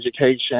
education